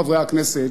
חברי הכנסת,